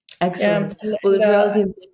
excellent